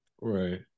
Right